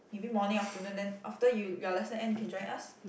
you mean morning afternoon then after you your lesson end you can join us